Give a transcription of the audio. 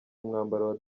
umwambaro